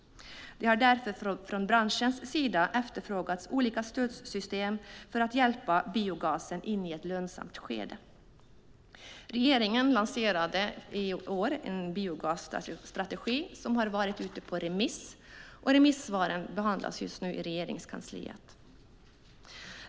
Det har därför från branschens sida efterfrågats olika stödsystem för att hjälpa biogasen in i ett lönsamt skede. Regeringen lanserade i år en biogasstrategi som har varit ute på remiss. Remissvaren behandlas nu i Regeringskansliet.